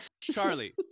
Charlie